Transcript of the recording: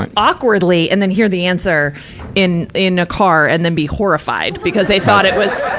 and awkwardly, and then hear the answer in, in a car and then be horrified, because they thought it was,